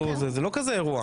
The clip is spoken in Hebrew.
זה לא כזה אירוע.